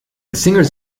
singers